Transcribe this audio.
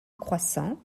croissant